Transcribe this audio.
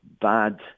bad